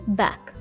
back